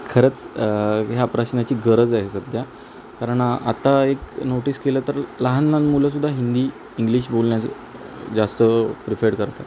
खरंच ह्या प्रश्नाची गरज आहे सध्या कारण आता एक नोटीस केलं तर लहान लहान मुलंसुद्धा हिंदी इंग्लिश बोलण्याचं जास्त प्रिफेड करतात